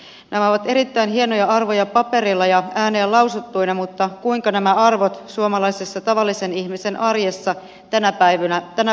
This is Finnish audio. nämä ovat erittäin hienoja arvoja paperilla ja ääneen lausuttuina mutta kuinka nämä arvot suomalaisessa tavallisen ihmisen arjessa tänä päivänä näkyvät